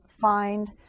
find